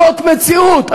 זאת מציאות.